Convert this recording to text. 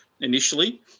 initially